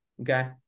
Okay